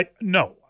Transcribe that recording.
No